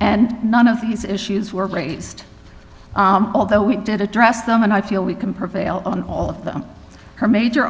and none of these issues were raised although we did address them and i feel we can prevail on all of them her major